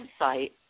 website